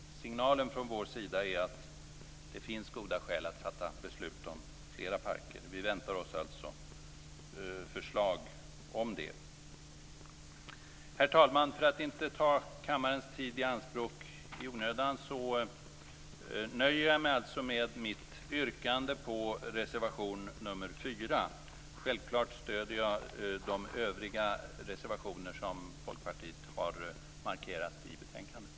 Signalen från vår sida är att det finns goda skäl att fatta beslut om flera parker. Vi väntar oss alltså förslag om det. Herr talman! För att inte ta kammarens tid i anspråk i onödan nöjer jag mig alltså med mitt yrkande om bifall till reservation nr 4. Jag stöder självfallet de övriga reservationer som Folkpartiet har markerat i betänkandet.